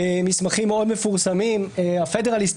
והרבה